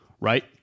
right